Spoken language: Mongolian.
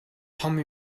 том